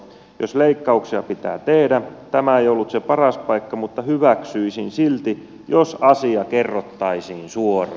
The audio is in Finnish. jos leikkauksia pitää tehdä tämä ei ollut se paras paikka mutta hyväksyisin silti jos asia kerrottaisiin suoraan